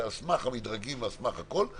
זה על סמך המדרגים ועל סמך הכול,